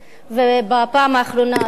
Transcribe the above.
ובפעם האחרונה אתה,